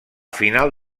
final